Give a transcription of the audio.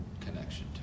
connection